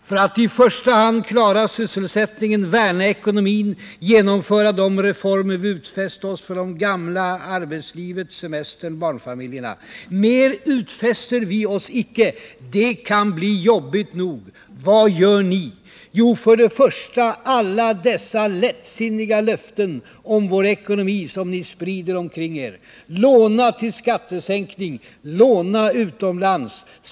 För att i första hand klara sysselsättningen, värna ekonomin, genomföra de reformer vi har utfäst oss: gamla, arbetslivet, semestern, barnfamiljerna. Mer utfäster vi oss icke. Det kan bli jobbigt nog. Vad gör ni? Ja, för det första alla dessa lättsinniga löften om vår ekonomi som ni sprider omkring er. Låna till skattesänkning, låna utomlands.